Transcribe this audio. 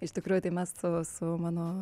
iš tikrųjų tai mes su mano